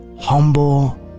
humble